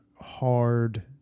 hard